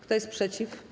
Kto jest przeciw?